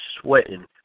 sweating